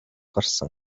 гарсан